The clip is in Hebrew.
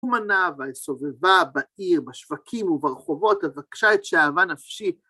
ארומה נא ואסובבה בעיר, בשווקים וברחובות, אבקשה את שאהבה נפשית.